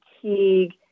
fatigue